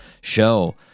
show